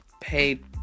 paid